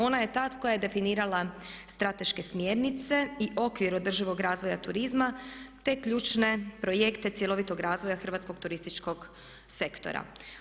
Ona je tada koja je definirala strateške smjernice i okvir održivog razvoja turizma te ključne projekte cjelovitog razvoja hrvatskog turističkog sektora.